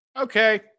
Okay